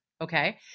Okay